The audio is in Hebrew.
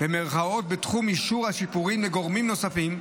בתחום אישור השיפורים לגורמים נספים,